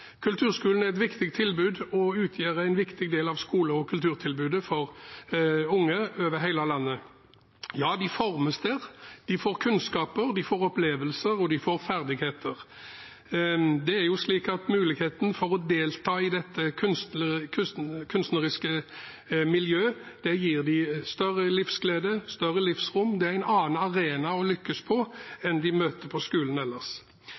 Kulturskolen er et viktig tilbud og utgjør en viktig del av skole- og kulturtilbudet for unge over hele landet. Ja, de formes der. De får kunnskaper, de får opplevelser, og de får ferdigheter. Muligheten for å delta i dette kunstneriske miljøet gir dem større livsglede, større livsrom. Det er en annen arena å lykkes på enn den de ellers møter på skolen.